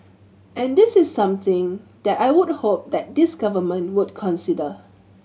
and this is something that I would hope that this Government would consider